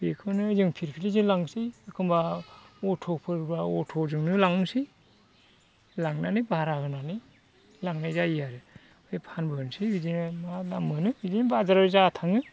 बेखौनो जों फिलफिलिजों लांसै एखनबा अट'फोरबा अट'जोंनो लांनोसै लांनानै भारा होनानै लांनाय जायो आरो ओमफ्राय फानबोनोसै बिदिनो मा मा मोनो बिदिनो बाजाराव जा थाङो